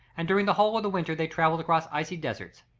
and during the whole of the winter they travelled across icy deserts.